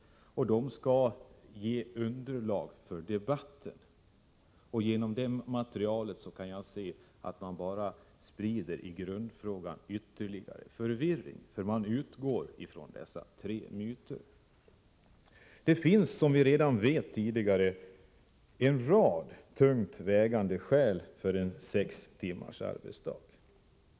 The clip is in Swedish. Delegationen skall ge underlag för debatten. Med det materialet sprider man bara ytterligare förvirring i grundfrågan. DELFA utgår nämligen från dessa tre myter. Vi vet sedan tidigare att det finns en rad tungt vägande skäl för en sextimmars arbetsdag.